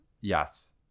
Yes